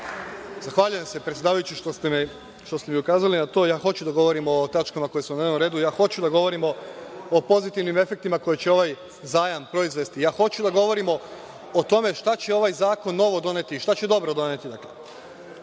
Zahvaljujem se predsedavajući što ste mi ukazali na to. Ja hoću da govorim o tačkama koje su na dnevnom redu. Ja hoću da govorim o pozitivnim efektima koje će ovaj zajam proizvesti. Ja hoću da govorim o tome šta će ovaj zakon novo doneti, šta će dobro doneti. Dakle,